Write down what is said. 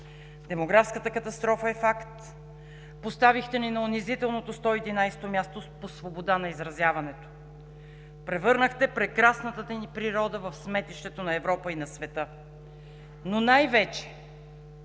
Демографската катастрофа е факт. Поставихте ни на унизителното 111-то място по свобода на изразяване. Превърнахте прекрасната ни природа в сметището на Европа и на света. Но най-вече